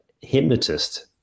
hypnotist